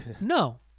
No